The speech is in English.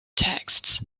texts